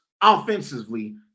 offensively